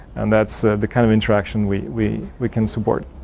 and that's the kind of interaction we we we can support.